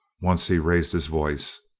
once he raised his voice.